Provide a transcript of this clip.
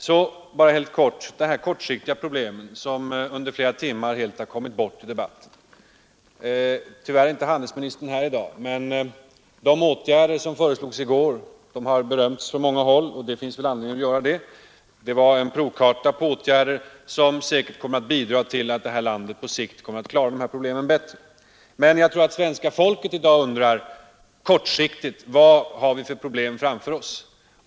Så några ord också om ett kortsiktigt problem som under större delen har kommit bort ur denna debatt. Jag beklagar att inte handelsministern är närvarande i kammaren nu. De åtgärder som föreslogs i går — de har lovordats på många håll, och det finns väl anledning att göra det — var en provkarta på åtgärder, som säkert kommer att bidra till att vi här i landet på litet sikt kan klara problemen bättre. Men jag tror att svenska folket i dag undrar: Vad har vi kortsiktigt för problem framför oss?